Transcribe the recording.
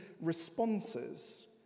responses